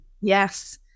Yes